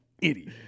Idiot